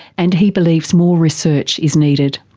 and he believes more research is needed.